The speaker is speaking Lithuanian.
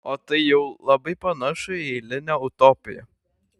o tai jau labai panašu į eilinę utopiją